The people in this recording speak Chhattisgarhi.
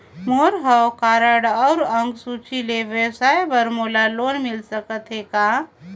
मोर हव कारड अउ अंक सूची ले व्यवसाय बर मोला लोन मिल सकत हे का?